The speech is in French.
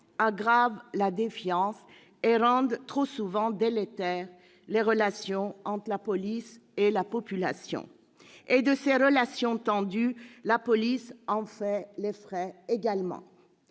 aggravent la défiance et rendent trop souvent délétères les relations entre la police et la population. Or, de ces relations tendues, la police fait également